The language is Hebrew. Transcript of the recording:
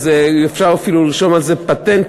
ואפשר אפילו לרשום על זה פטנט,